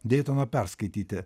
deitoną perskaityti